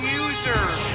users